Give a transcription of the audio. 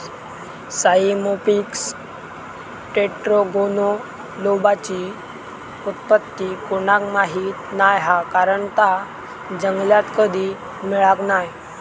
Cyamopsis टेट्रागोनोलोबाची उत्पत्ती कोणाक माहीत नाय हा कारण ता जंगलात कधी मिळाक नाय